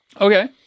okay